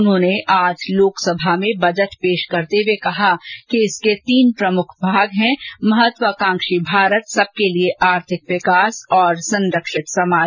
उन्होंने आज लोकसभा में बजट पेश करते हुए कहा कि इसके तीन प्रमुख भाग है महत्वाकांक्षी भारत सबके लिए आर्थिक विकास और हमारा संरक्षित समाज